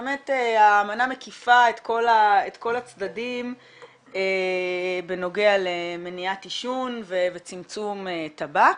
באמת האמנה מקיפה את כל הצדדים בנוגע למניעת עישון וצמצום טבק.